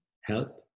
help